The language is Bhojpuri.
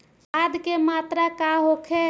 खाध के मात्रा का होखे?